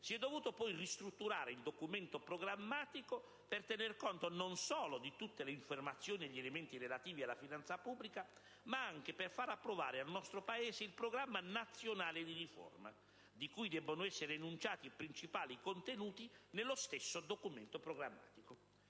si è dovuto poi ristrutturare il documento programmatico per tener conto non solo di tutte le affermazioni e degli elementi relativi alla finanza pubblica, ma anche per far approvare al nostro Paese il Programma nazionale di riforma di cui devono essere enunciati i principali contenuti nelle stesso documento programmatico.